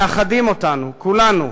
מאחדים אותנו, כולנו,